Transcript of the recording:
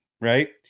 Right